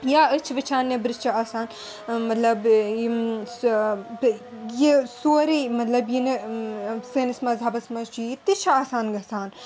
یا أسۍ چھِ وُچھان نیٚبرٕ چھِ آسان مَطلَب یِم سۅ یہِ سورُے مَطلَب یہِ نہٕ سٲنِس مَذہَبَس منٛز چھُ یِی تہِ چھُ آسان گژھان